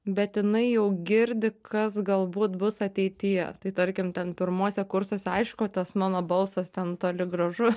bet jinai jau girdi kas galbūt bus ateityje tai tarkim ten pirmuose kursuose aišku tas mano balsas ten toli gražu